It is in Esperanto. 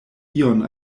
ion